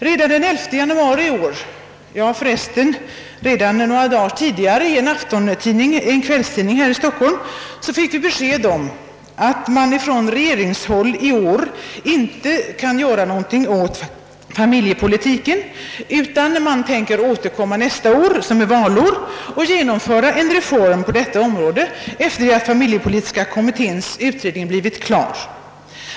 Redan den 11 januari i år — förresten redan några dagar tidigare i en kvällstidning här i Stockholm — fick vi besked om att man från regeringshåll i år inte kan göra någonting för familjepolitiken, utan man tänker återkomma nästa år, som är valår, och genomföra en reform på detta område efter det att familjepolitiska kommitténs utredning blivit klar.